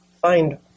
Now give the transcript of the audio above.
find